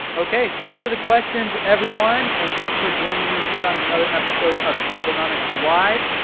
okay, thanks for the questions, everyone. and thanks for joining me here on another episode of teslanomics live.